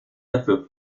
dafür